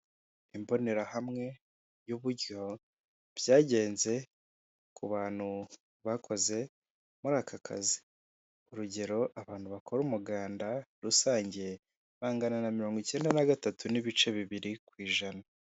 Imbonerahamwe y'uburyo byagenze ku bantu bakoze muri aka kazi. Urugero abantu bakora umuganda rusange, bangana na mirongo icyenda na gatatu n'ibice bibiri ku ijana.